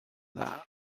dda